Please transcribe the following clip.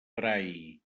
brai